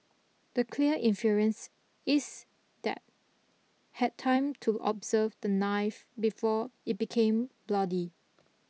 the clear inference is that had time to observe the knife before it became bloody